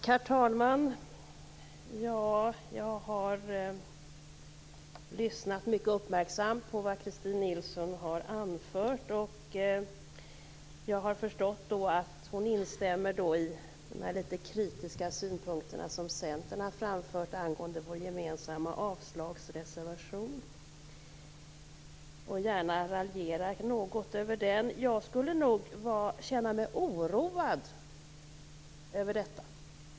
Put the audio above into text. Herr talman! Jag har lyssnat mycket uppmärksamt på det Christin Nilsson har anfört. Jag har förstått att hon instämmer i de litet kritiska synpunkter som Centern har framfört angående vår gemensamma avslagsreservation och gärna raljerar något över den. Jag skulle nog känna mig oroad över detta.